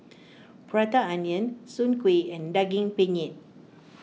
Prata Onion Soon Kueh and Daging Penyet